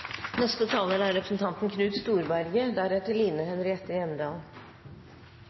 Neste taler er representanten